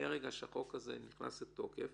מרגע שהחוק הזה נכנס לתוקף